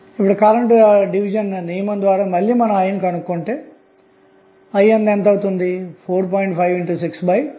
ఇప్పుడు current division నియమం ద్వారా మళ్ళీ I విలువను కనుగొంటే I4